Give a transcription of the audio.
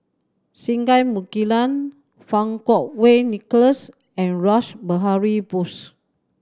Singai Mukilan Fang Kuo Wei Nicholas and Rash Behari Bose